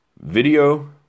Video